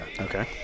Okay